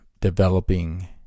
developing